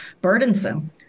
burdensome